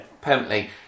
Permanently